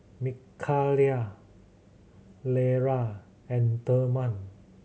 Mikayla Lera and Therman